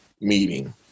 meeting